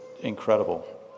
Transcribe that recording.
incredible